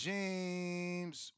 James